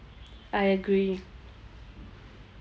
I agree